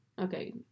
Okay